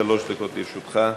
שלוש דקות לרשותך.